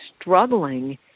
struggling